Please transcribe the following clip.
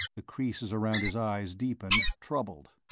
the creases around his eyes deepened, troubled.